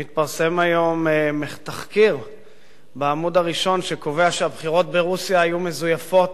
התפרסם היום בעמוד הראשון תחקיר שקובע שהבחירות ברוסיה היו מזויפות,